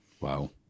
Wow